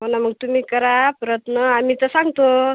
हो ना मग तुम्ही करा प्रयत्न आम्ही तर सांगतो